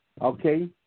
Okay